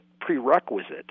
prerequisite